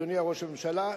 אדוני ראש הממשלה,